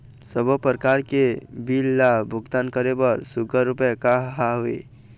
सबों प्रकार के बिल ला भुगतान करे बर सुघ्घर उपाय का हा वे?